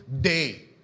day